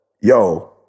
yo